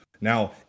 Now